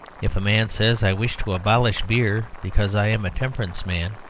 if a man says, i wish to abolish beer because i am a temperance man,